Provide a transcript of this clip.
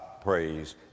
praise